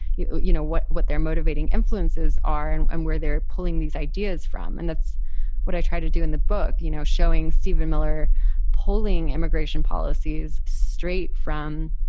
you you know, what what they're motivating influences are and and where they're pulling these ideas from. and that's what i try to do in the book, you know, showing stephen miller pulling immigration policies straight from,